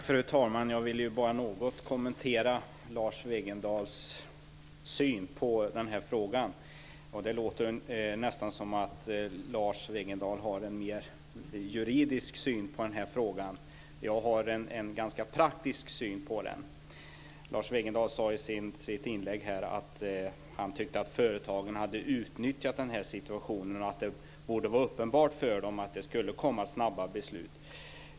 Fru talman! Jag vill bara något kommentera Lars Wegendals syn på den här frågan. Det låter nästan som att Lars Wegendal har en mer juridisk syn på frågan. Jag har en ganska praktisk syn på den. Lars Wegendal sade i sitt inlägg att han tyckte att företagen hade utnyttjat den här situationen. Det borde vara uppenbart för dem att det snart skulle komma beslut.